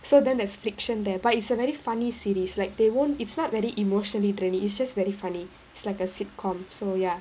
so then there's friction there but it's a very funny series like they won't it's not very emotionally draining it's just very funny it's like a sitcom so ya